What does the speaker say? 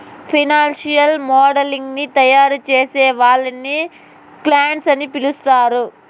financial modelling ని తయారుచేసే వాళ్ళని క్వాంట్స్ అని పిలుత్తరాంట